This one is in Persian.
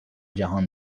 جهان